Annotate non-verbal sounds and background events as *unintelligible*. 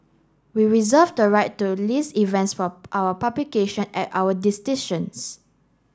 we reserve the right to list events for our publication at our *unintelligible*